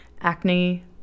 acne